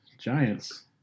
Giants